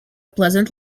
pleasant